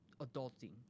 adulting